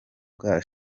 bwa